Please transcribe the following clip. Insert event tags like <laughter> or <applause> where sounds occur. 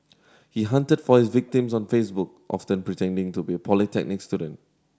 he hunted for victims on Facebook <unintelligible> pretending to be polytechnic student